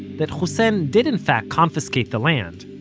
that hussein did in fact confiscate the land,